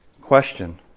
Question